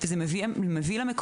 זה מביא לכך